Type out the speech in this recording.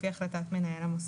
לפי החלטת מנהל המוסד.